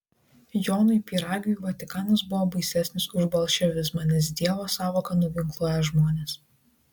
jonui pyragiui vatikanas buvo baisesnis už bolševizmą nes dievo sąvoka nuginkluoja žmones